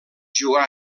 jugar